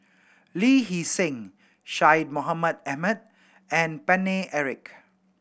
Lee Hee Seng Syed Mohamed Ahmed and Paine Eric